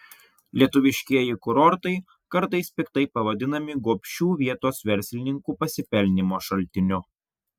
lietuviškieji kurortai kartais piktai pavadinami gobšių vietos verslininkų pasipelnymo šaltiniu